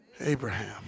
Abraham